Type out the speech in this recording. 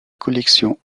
collection